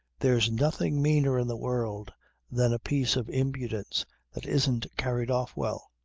there's nothing meaner in the world than a piece of impudence that isn't carried off well.